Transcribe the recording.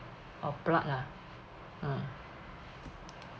of blood ah mm